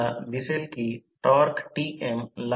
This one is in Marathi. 15 ampere I 0 root IC 2 I m 2